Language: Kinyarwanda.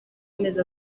amezi